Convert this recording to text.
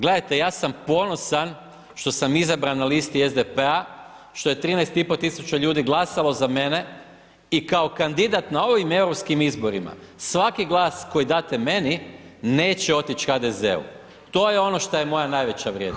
Gledajte, ja sam ponosan što sam izabran na listi SDP-a, što je 13500 ljudi glasalo za mene i kao kandidat na ovim europskim izborima svaki glas koji date meni, neće otić HDZ-u, to je ono šta je moja najveća vrijednost.